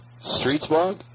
Streetsblog